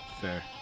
Fair